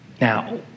Now